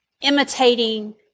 imitating